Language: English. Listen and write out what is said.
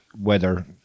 weather